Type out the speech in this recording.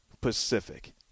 Pacific